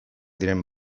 diren